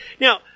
Now